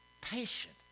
patient